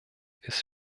ist